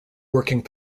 working